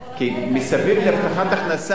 כי מסביב להבטחת הכנסה,